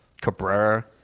Cabrera